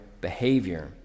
behavior